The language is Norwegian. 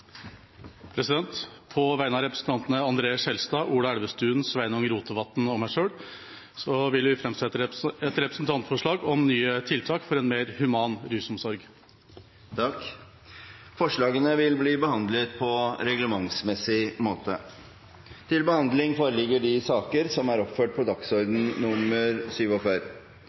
representantforslag. På vegne av representantene André N. Skjelstad, Ola Elvestuen, Sveinung Rotevatn og meg selv vil jeg framsette et representantforslag om nye tiltak for en mer human rusomsorg. Forslagene vil bli behandlet på reglementsmessig måte. Før sakene på dagens kart tas opp til behandling,